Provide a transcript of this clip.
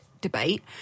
debate